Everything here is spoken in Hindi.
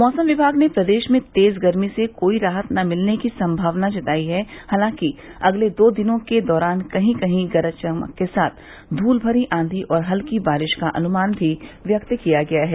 मौसम विभाग ने प्रदेश में तेज़ गर्मी से कोई राहत न मिलने की संभावना जताई है हालांकि अगले दो दिनों के दौरान कही कही गरज चमक के साथ धूल भरी आंधी और हल्की बारिश का अनुमान भी व्यक्त किया है